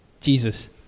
Jesus